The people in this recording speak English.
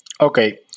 Okay